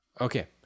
Okay